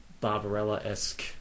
Barbarella-esque